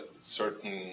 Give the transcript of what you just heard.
certain